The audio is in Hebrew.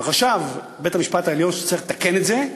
וחשב בית-המשפט העליון שצריך לתקן את זה.